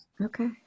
Okay